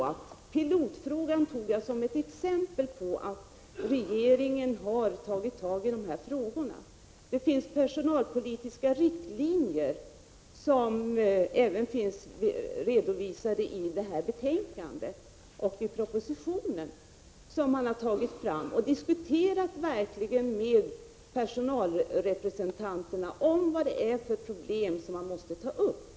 Jag tog pilotfrågan som ett exempel på att regeringen har tagit itu med dessa frågor. Det finns personalpolitiska riktlinjer som även redovisas i det här betänkandet och i propositionen. Man har dessutom diskuterat med personalrepresentanterna vilka problem som måste tas upp.